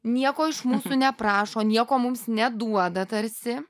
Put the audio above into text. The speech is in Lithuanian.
nieko iš mūsų neprašo nieko mums neduoda tarsi